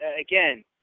again